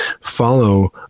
follow